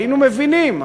היינו מבינים,